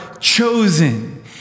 chosen